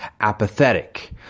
apathetic